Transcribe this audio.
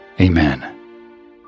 Amen